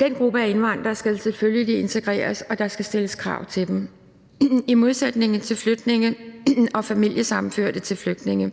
Den gruppe af indvandrere skal selvfølgelig integreres, og der skal stilles krav til dem i modsætning til flygtninge og familiesammenførte til flygtninge.